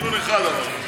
דיון אחד, אמרנו.